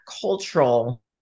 cultural